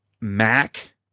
Mac